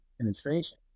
penetration